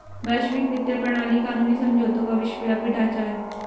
वैश्विक वित्तीय प्रणाली कानूनी समझौतों का विश्वव्यापी ढांचा है